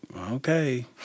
okay